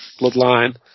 Bloodline